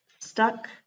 Stuck